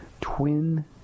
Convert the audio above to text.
twin